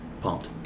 Pumped